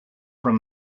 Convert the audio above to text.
from